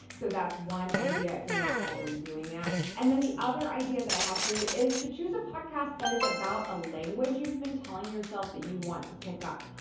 so that's one idea if you're not already doing that. yeah and then the other idea that i had for you is to choose a podcast that is about a language you've been telling yourself that you want to pick up.